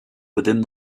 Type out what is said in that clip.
within